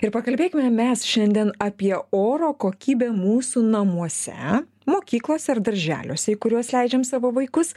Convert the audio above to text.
ir pakalbėkime mes šiandien apie oro kokybę mūsų namuose mokyklose ar darželiuose į kuriuos leidžiam savo vaikus